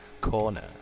Corner